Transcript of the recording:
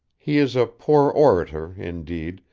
he is a poor orator, indeed,